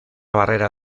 barrera